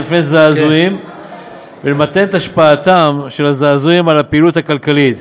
בפני זעזועים ולמתן את השפעתם של הזעזועים על הפעילות הכלכלית,